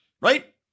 right